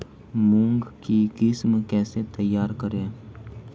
मूंग की किस्म कैसे तैयार करें?